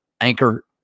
Anchor